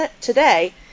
today